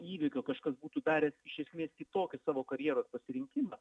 įvykio kažkas būtų daręs iš esmės kitokį savo karjeros pasirinkimą